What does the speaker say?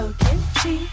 kimchi